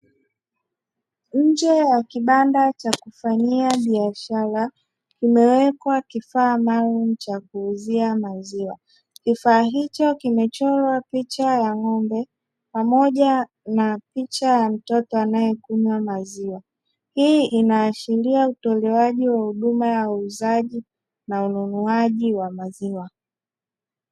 Nje ya kibanda cha kufanyia biashara kumewekwa kifaa maalumu cha kuuzia maziwa, kifaa hicho kimechorwa picha ya ng'ombe pamoja na picha ya mtoto anayekunywa maziwa. Hii inaashiria utolewaji wa huduma ya uuzaji na ununuaji wa maziwa.